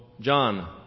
John